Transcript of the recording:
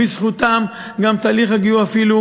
בזכותם גם תהליך הגיור אפילו